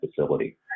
facility